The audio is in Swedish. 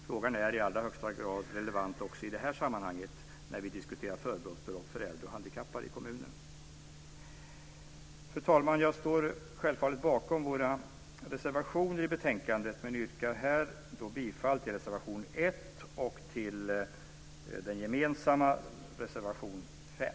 Frågan är i allra högsta grad relevant också i detta sammanhang, när vi diskuterar förbehållsbelopp för äldre och handikappade i kommunen. Fru talman! Jag står självfallet bakom våra reservationer i betänkandet, men yrkar här bifall till reservation 1 och till den gemensamma reservationen 5.